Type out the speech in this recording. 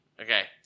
Okay